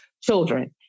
children